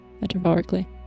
metaphorically